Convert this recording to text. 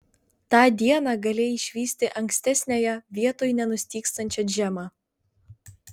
tą dieną galėjai išvysti ankstesniąją vietoj nenustygstančią džemą